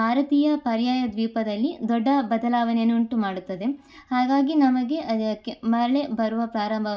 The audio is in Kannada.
ಭಾರತೀಯ ಪರ್ಯಾಯ ದ್ವೀಪದಲ್ಲಿ ದೊಡ್ಡ ಬದಲಾವಣೆಯನ್ನು ಉಂಟು ಮಾಡುತ್ತದೆ ಹಾಗಾಗಿ ನಮಗೆ ಅದಕ್ಕೆ ಮಳೆ ಬರುವ ಪ್ರಾರಂಭ